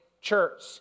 church